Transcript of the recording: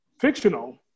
fictional